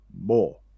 more